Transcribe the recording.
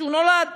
כשהוא נולד